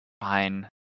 fine